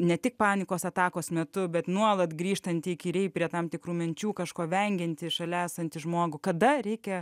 ne tik panikos atakos metu bet nuolat grįžtanti įkyriai prie tam tikrų minčių kažko vengiantį šalia esantį žmogų kada reikia